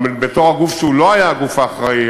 גם בתור הגוף שהוא לא היה הגוף האחראי,